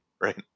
right